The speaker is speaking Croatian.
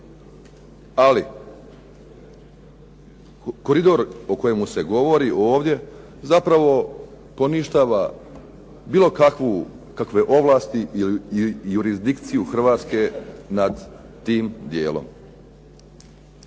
Ali koridor o kojemu se govori ovdje, zapravo poništava bilo kakve ovlasti i jurisdikciju Hrvatske nad tim dijelom.